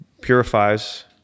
purifies